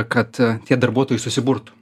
kad e tie darbuotojai susiburtų